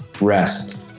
Rest